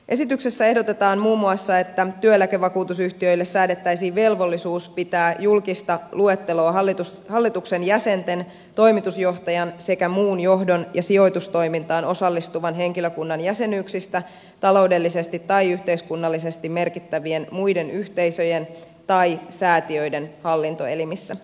esityksessä ehdotetaan muun muassa että työeläkevakuutusyhtiöille säädettäisiin velvollisuus pitää julkista luetteloa hallituksen jäsenten toimitusjohtajan sekä muun johdon ja sijoitustoimintaan osallistuvan henkilökunnan jäsenyyksistä taloudellisesti tai yhteiskunnallisesti merkittävien muiden yhteisöjen tai säätiöiden hallintoelimissä